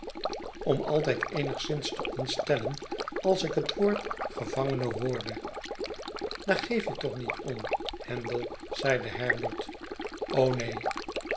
om altijd eenigszins te ontstellen als ik het woord gevangene hoorde daar geef je toch niet om handel zeide herbert neen